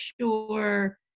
sure